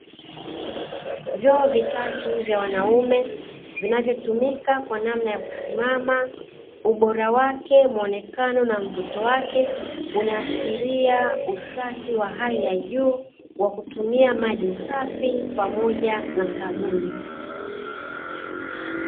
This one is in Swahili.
Vyoo vitatu vya wanaume vinavyotumika kwa namna ya kusimama, ubora wake, muonekano na mvuto wake unaashiria usafi wa hali ya juu wa kutumia maji safi pamoja na sabuni.